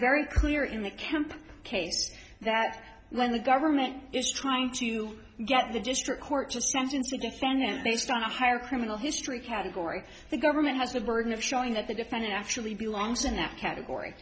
very clear in the camp case that when the government is trying to get the district court to sentence a defendant based on a higher criminal history category the government has the burden of showing that the defendant actually belongs in that category